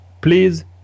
please